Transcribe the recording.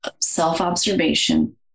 self-observation